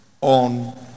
on